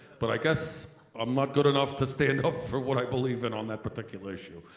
but i guess i'm not good enough to stand up for what i believe in on that particular issue.